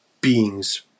beings